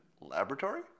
laboratory